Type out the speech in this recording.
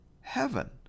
heaven